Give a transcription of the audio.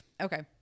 Okay